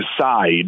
decide